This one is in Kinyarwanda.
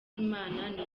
imana